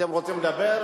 אתם רוצים לדבר,